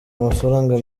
amafaranga